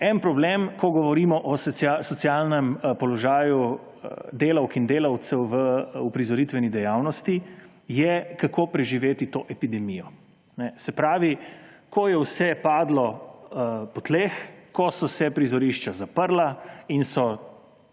En problem, ko govorimo o socialnem položaju delavk in delavcev v uprizoritveni dejavnosti, je, kako preživeti to epidemijo. Se pravi, ko je vse padlo po tleh, ko so se prizorišča zaprla in še